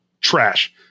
trash